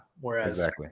Whereas